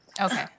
Okay